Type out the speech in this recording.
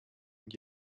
and